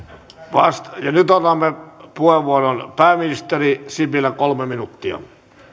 ja nyt annamme puheenvuoron pääministeri sipilälle kolme minuuttia